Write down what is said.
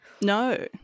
No